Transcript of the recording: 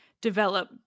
develop